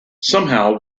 somehow